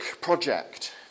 project